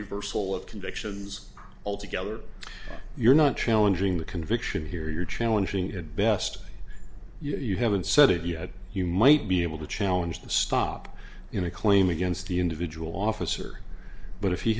reversal of convictions altogether you're not challenging the conviction here you're challenging at best you haven't said it yet you might be able to challenge the stop in a claim against the individual officer but if he